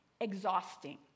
exhausting